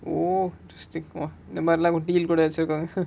oh to stick இந்த மாதிரிலாம் வச்சிருக்காங்க:indha maadhirilaam vachirukkaanga